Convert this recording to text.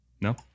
No